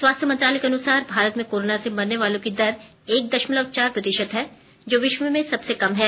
स्वास्थ्य मंत्रालय के अनुसार भारत में कोरोना से मरने वालों की दर एक दशमलव चार प्रतिशत है जो विश्व् में सबसे कम है